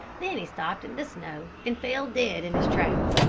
then he stopped in the snow and fell dead in his tracks.